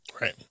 Right